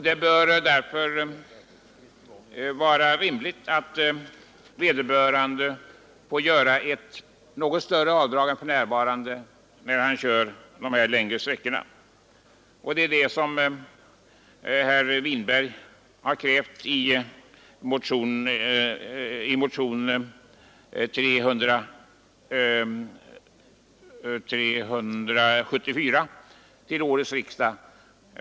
Då bör det vara rimligt att vederbörande får göra ett något större avdrag än för närvarande, när fråga är om körning dessa längre sträckor. Det är också vad herr Winberg har krävt i motionen 374 till årets riksdag.